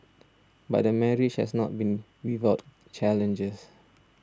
but the marriage has not been without challenges